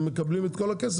הם מקבלים את כל הכסף,